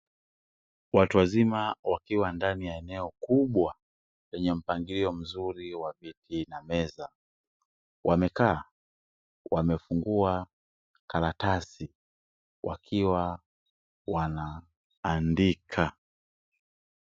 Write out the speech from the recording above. Watu wazima wakiwa ndani ya eneo kubwa, lenye mpangilio mzuri wa viti na meza. Wamekaa, wamefungua karatasi, wakiwa wanaandika.